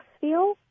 feel